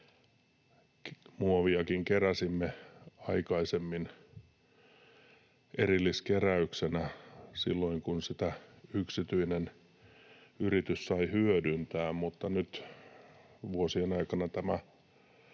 Muoviakin keräsimme aikaisemmin erilliskeräyksenä, silloin kun sitä yksityinen yritys sai hyödyntää, mutta nyt vuosien aikana